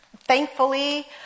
thankfully